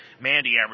Mandy